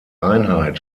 einheit